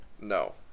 No